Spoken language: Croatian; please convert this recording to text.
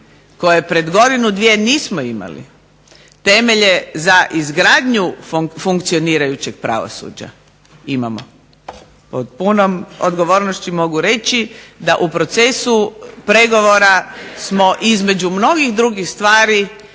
koje pred godinu, dvije nismo imali, temelje za izgradnju funkcionirajućeg pravosuđa? Imamo. Pod punom odgovornošću mogu reći da u procesu pregovora smo između mnogih drugih stvari